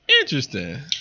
interesting